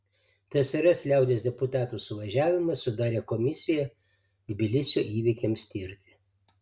tsrs liaudies deputatų suvažiavimas sudarė komisiją tbilisio įvykiams tirti